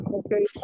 okay